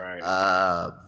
Right